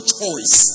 choice